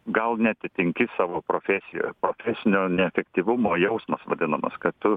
gal neatitinki savo profesijos profesinio neefektyvumo jausmas vadinamas kad tu